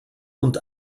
und